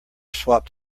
swapped